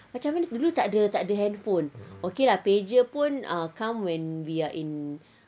macam mana dulu takde takde handphone okay lah pager pun ah come when we are in